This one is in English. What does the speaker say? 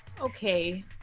Okay